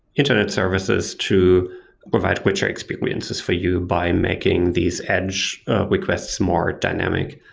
internet services to provide richer experiences for you by making these edge requests more dynamic,